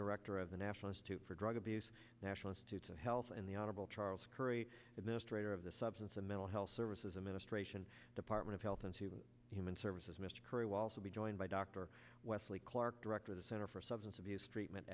director of the national institute for drug abuse national institutes of health and the honorable charles curry administrator of the substance and mental health services administration department of health and human services mr crewe also be joined by dr wesley clark director the center for substance abuse treatment